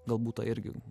galbūt tą irgi